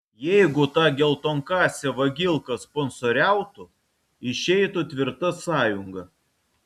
jeigu ta geltonkasė vagilka sponsoriautų išeitų tvirta sąjunga